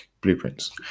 blueprints